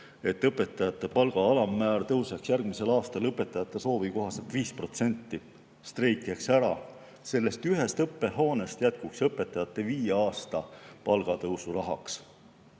et õpetajate palga alammäär tõuseks järgmisel aastal õpetajate soovi kohaselt 5%, streik jääks ära. Sellest ühest õppehoonest jätkuks õpetajate viie aasta palgatõusurahaks. Ja